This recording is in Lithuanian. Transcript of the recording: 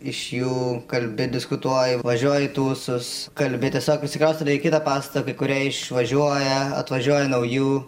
iš jų kalbi diskutuoji važiuoji į tūsus kalbi tiesiog išsikraustote į kitą pastatą kai kurie išvažiuoja atvažiuoja naujų